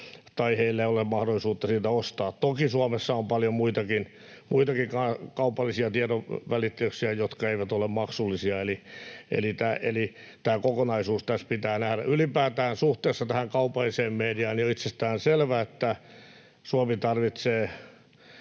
tai heillä ei ole mahdollisuutta sitä ostaa. Toki Suomessa on paljon muitakin, kaupallisia tiedonvälittäjiä, jotka eivät ole maksullisia. Eli tämä kokonaisuus tässä pitää nähdä. Ylipäätään suhteessa tähän kaupalliseen mediaan on itsestäänselvää, että Suomi tarvitsee